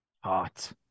Hot